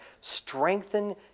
strengthen